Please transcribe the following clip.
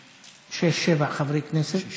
שש-שבע חברי כנסת, שישה.